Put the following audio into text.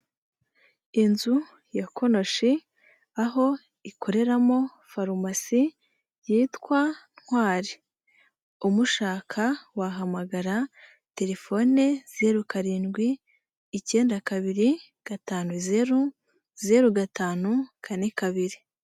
Inzu ya konoshi, aho ikoreramo farumasi, yitwa Ntwari. Umushaka wahamagara, telefone zero karindwi icyenda kabiri gatanu zeru zeru gatanu kane kabiri.